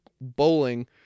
bowling